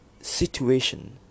situation